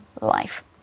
life